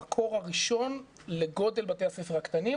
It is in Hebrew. המקור הראשון לגודל בתי הספר הקטנים.